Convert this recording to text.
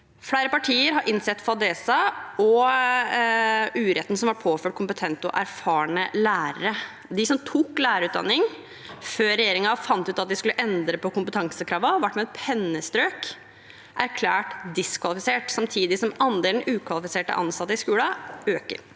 Flere partier har innsett fadesen og uretten som ble påført kompetente og erfarne lærere. De som tok lærerutdanning før regjeringen fant ut at de skulle endre på kompetansekravene, ble med et pennestrøk erklært diskvalifisert, samtidig som andelen ukvalifiserte ansatte i skolene økte.